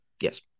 yes